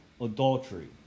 adultery